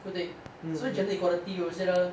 对不对所以 gender equality 我觉得